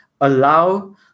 allow